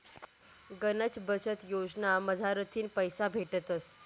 गनच बचत योजना मझारथीन पैसा भेटतस